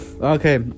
Okay